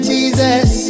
Jesus